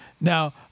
Now